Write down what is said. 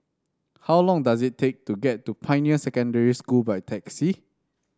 how long does it take to get to Pioneer Secondary School by taxi